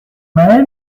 mael